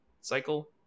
cycle